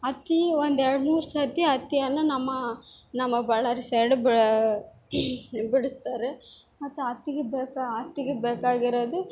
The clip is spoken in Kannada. ಅಕ್ಕಿ ಒಂದು ಎರಡುಮೂರು ಸತಿ ಹತ್ತಿಯನ್ನ ನಮ್ಮ ನಮ್ಮ ಬಳ್ಳಾರಿ ಸೈಡು ಬಾ ಬಿಡಿಸ್ತಾರೆ ಮತ್ತು ಹತ್ತಿಗೆ ಬೇಕು ಹತ್ತಿಗೆ ಬೇಕಾಗಿರೊದು